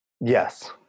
Yes